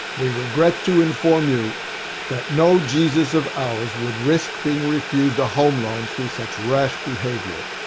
we regret to inform you that no jesus of ours would risk being refused a home loan through such rash behaviour.